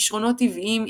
כישרונות טבעיים,